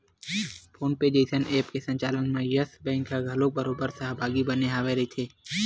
phone पे जइसन app के संचालन म यस बेंक ह घलोक बरोबर सहभागी बने होय रहिथे